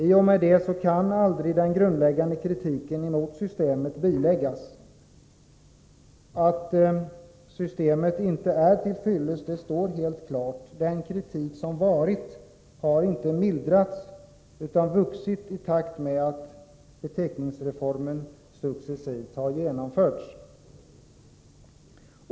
I och med det kan aldrig den grundläggande kritiken mot systemet biläggas. Att systemet inte är till fyllest står helt klart. Kritiken har inte mildrats utan vuxit i takt med att beteckningsreformen successivt har genomförts.